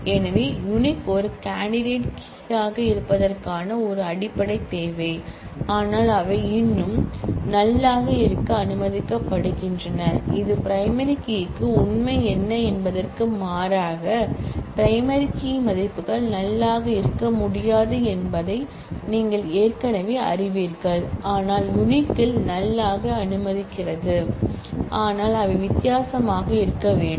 எனவே யுனிக் ஒரு candidate key ஆக இருப்பதற்கான ஒரு அடிப்படைத் தேவை ஆனால் அவை இன்னும் நல் ஆக இருக்க அனுமதிக்கப்படுகின்றன இது பிரைமரி கீ க்கு உண்மை என்ன என்பதற்கு மாறாக பிரைமரி கீ மதிப்புகள் நல் ஆக இருக்க முடியாது என்பதை நீங்கள் ஏற்கனவே அறிவீர்கள் ஆனால் யுனிக் நல் ஆக அனுமதிக்கிறது ஆனால் அவை வித்தியாசமாக இருக்க வேண்டும்